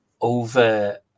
over